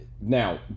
Now